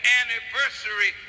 anniversary